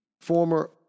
former